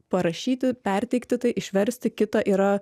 parašyti perteikti tai išversti kitą yra